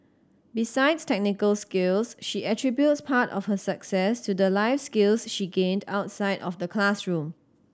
besides technical skills she attributes part of her success to the life skills she gained outside of the classroom